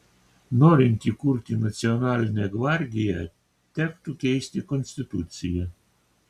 norint įkurti nacionalinę gvardiją tektų keisti konstituciją